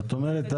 זאת אומרת,